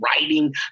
writing